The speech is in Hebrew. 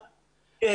כן.